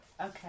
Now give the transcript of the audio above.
Okay